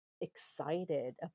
excited